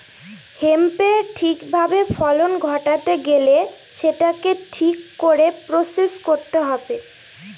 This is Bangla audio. হেম্পের ঠিক ভাবে ফলন ঘটাতে গেলে সেটাকে ঠিক করে প্রসেস করতে হবে